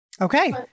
okay